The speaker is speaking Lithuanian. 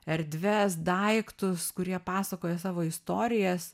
erdves daiktus kurie pasakoja savo istorijas